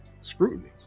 scrutiny